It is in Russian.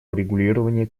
урегулирование